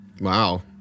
Wow